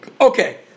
Okay